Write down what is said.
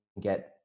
get